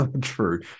True